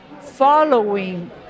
following